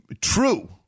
true